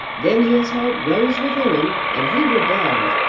then his heart rose within him and he rebelled.